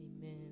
Amen